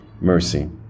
mercy